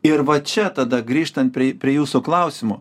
ir va čia tada grįžtant prie prie jūsų klausimo